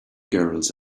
girls